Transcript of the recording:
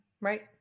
Right